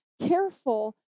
careful